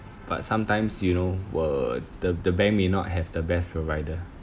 but sometimes you know were the the bank may not have the best provider